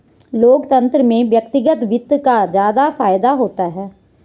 लोकतन्त्र में व्यक्तिगत वित्त का ज्यादा फायदा होता है